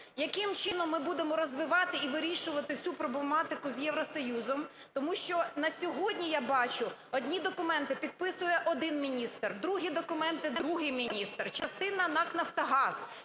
Яким чином ми будемо розвивати і вирішувати всю проблематику з Євросоюзом, тому що на сьогодні, я бачу, одні документи підписує один міністр, другі документи – другий міністр, частина – НАК "Нафтогаз",